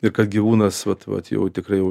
ir kad gyvūnas vat vat jau tikrai jau